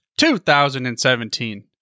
2017